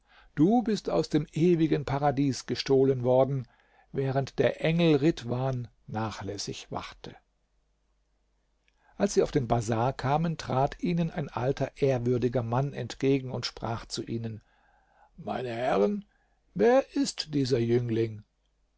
du bist aus dem ewigen paradies gestohlen worden während der engel ridhwan nachlässig wachte als sie auf den bazar kamen trat ihnen ein alter ehrwürdiger mann entgegen und sprach zu ihnen meine herren wer ist dieser jüngling